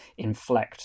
inflect